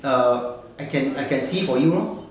err I can I can see for you lor